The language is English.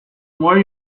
more